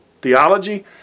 theology